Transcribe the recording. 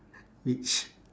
which